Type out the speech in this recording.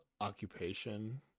occupation